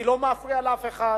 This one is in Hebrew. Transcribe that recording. היא לא מפריעה לאף אחד,